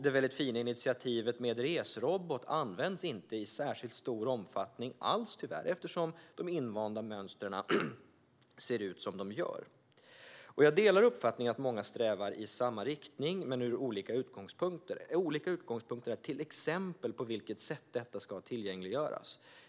Det fina initiativet Resrobot används inte i särskilt stor omfattning alls eftersom de invanda mönstren ser ut som de gör. Jag delar uppfattningen att många strävar i samma riktning men från olika utgångspunkter. Olika utgångspunkter är till exempel på vilket sätt informationen ska tillgängliggöras.